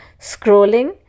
scrolling